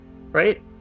Right